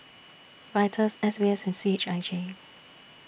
Vital S B S C H I J